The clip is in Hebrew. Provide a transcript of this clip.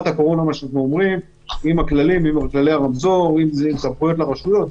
הקורונה עם כללי הרמזור ועם סמכויות לרשויות.